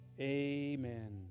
Amen